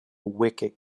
wicket